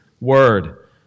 word